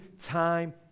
Time